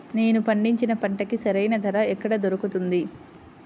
నేను పండించిన పంటకి సరైన ధర ఎక్కడ దొరుకుతుంది?